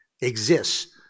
exists